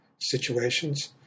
situations